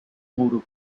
muro